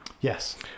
Yes